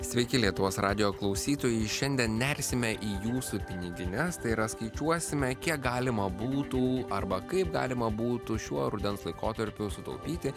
sveiki lietuvos radijo klausytojai šiandien nersime į jūsų pinigines tai yra skaičiuosime kiek galima būtų arba kaip galima būtų šiuo rudens laikotarpiu sutaupyti